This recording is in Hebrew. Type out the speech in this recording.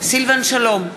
סילבן שלום,